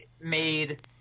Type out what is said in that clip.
made